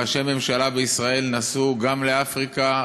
ראשי ממשלה בישראל נסעו גם לאפריקה,